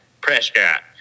Prescott